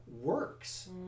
works